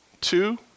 two